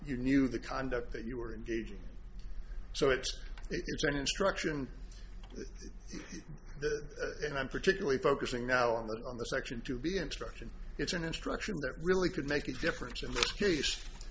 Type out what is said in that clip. you knew the conduct that you were engaging so it's it's an instruction and i'm particularly focusing now on the on the section to be instruction it's an instruction that really could make a difference in